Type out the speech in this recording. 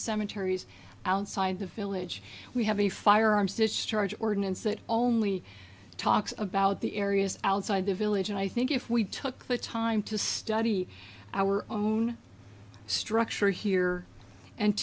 cemeteries outside the village we have a firearms to charge ordinance that only talks about the areas outside the village and i think if we took the time to study our own structure here and